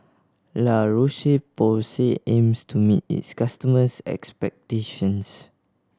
La Roche Porsay aims to meet its customers' expectations